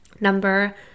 Number